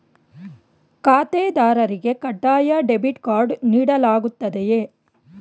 ಖಾತೆದಾರರಿಗೆ ಕಡ್ಡಾಯ debit card ನೀಡಲಾಗುತ್ತದೆಯೇ?